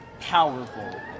powerful